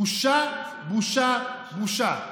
בושה, בושה, בושה.